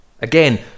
Again